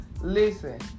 Listen